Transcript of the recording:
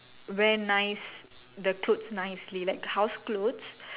wear nice the clothes nicely like house clothes